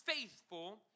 faithful